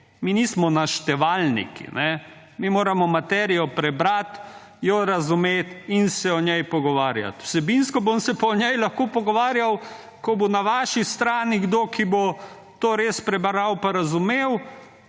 Mi nismo naštevalniki, mi moramo materijo prebrati, jo razumeti in se o njej pogovarjati. Vsebinsko se bom pa potem o njej lahko pogovarjal, ko bo na vaši strani kdo, ki bo to res prebral pa razumel.